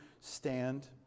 stand